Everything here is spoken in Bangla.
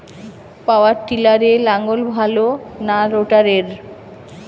পাওয়ার টিলারে লাঙ্গল ভালো না রোটারের?